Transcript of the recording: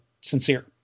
sincere